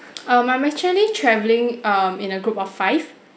um I'm actually traveling um in a group of five